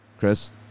Chris